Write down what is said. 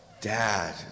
Dad